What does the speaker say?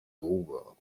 długo